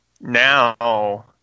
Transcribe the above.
now